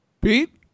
Pete